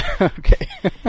Okay